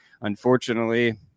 unfortunately